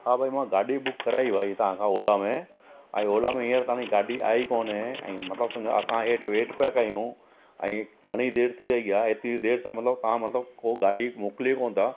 हा भई मां गाॾी बुक कराई हुई तव्हां खां ओला में ऐं ओला में हींअर ताईं गाॾी आई कोने ऐं मतलबु समुझ असां हेठि वेट पिया कयूं ऐं घणी देरि थी वेई आहे हेतिरी देरि सां मतलबु तव्हां मतलबु उहो गाॾी मोकिले कोन था